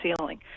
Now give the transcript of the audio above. ceiling